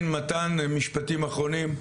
כן מתן משפטים אחרונים.